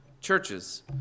churches